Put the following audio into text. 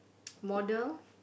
model